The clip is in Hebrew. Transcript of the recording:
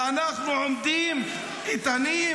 ואנחנו עומדים איתנים,